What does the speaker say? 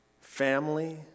family